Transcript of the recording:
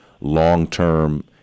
long-term